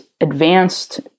advanced